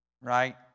right